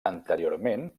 anteriorment